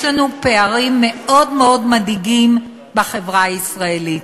יש פערים מאוד מאוד מדאיגים בחברה הישראלית,